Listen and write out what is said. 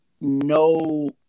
no